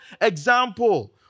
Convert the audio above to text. example